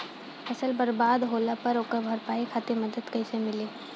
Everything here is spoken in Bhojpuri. फसल बर्बाद होला पर ओकर भरपाई खातिर मदद कइसे मिली?